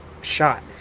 shot